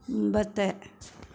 മുമ്പത്തെ